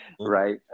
right